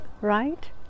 right